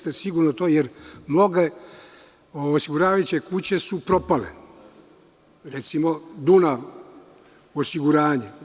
To sigurno jeste, jer mnoge osiguravajuće kuće su propale, recimo Dunav osiguranje.